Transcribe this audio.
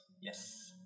Yes